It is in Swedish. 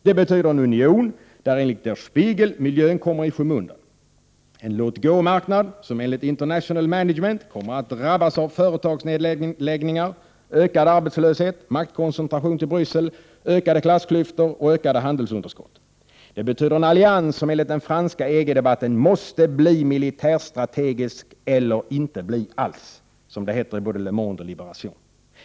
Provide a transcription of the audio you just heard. Det betyder en union där enligt Der Spiegel ”miljön kommer i skymundan”, en låt-gå-marknad som enligt International Management kommer att drabbas av företagsnedläggningar, ökad arbetslöshet, maktkoncentration till Bryssel, ökade klassklyftor och ökade handelsunderskott. Det betyder en allians som enligt den franska EG-debatten ”måste bli militärstrategisk eller inte bli alls”, som det heter i både Le Monde och Liberation.